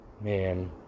Man